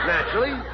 Naturally